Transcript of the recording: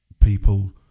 people